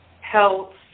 health